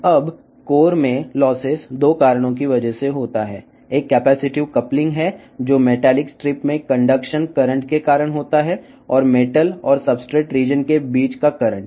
ఇప్పుడు కోర్ లో నష్టాలు 2 కారణాల వల్ల సంభవిస్తాయి ఒకటి కెపాసిటివ్ కప్లింగ్ ఇది లోహ స్ట్రిప్డ్ లోని విద్యుత్ ప్రవాహం వలన మరియు లోహం మరియు ఉపరితల ప్రాంతం మధ్య విద్యుత్ ప్రవాహం కారణంగా సంభవిస్తుంది